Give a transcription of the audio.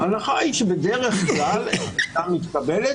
ההנחה היא שבדרך כלל העמדה מתקבלת.